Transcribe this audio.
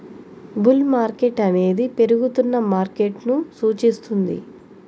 bull market అనేది పెరుగుతున్న మార్కెట్ను సూచిస్తుంది